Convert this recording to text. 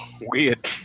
Weird